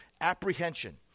apprehension